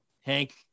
hank